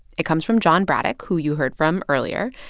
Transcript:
it comes from john braddock, who you heard from earlier.